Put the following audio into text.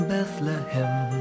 Bethlehem